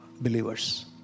believers